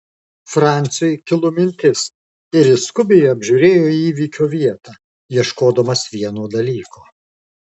franciui kilo mintis ir jis skubiai apžiūrėjo įvykio vietą ieškodamas vieno dalyko